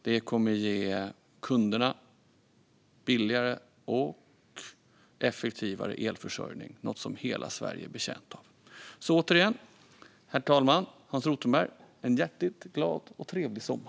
Det kommer att ge kunderna billigare och effektivare elförsörjning - något som hela Sverige är betjänt av. Återigen: Jag önskar herr talmannen och Hans Rothenberg en hjärtligt glad och trevlig sommar.